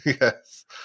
Yes